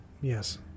yes